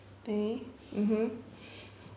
K mmhmm